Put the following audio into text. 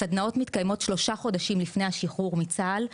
הסדנאות מתקיימות שלושה חודשים לפני השחרור מצה"ל,